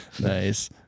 Nice